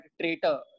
traitor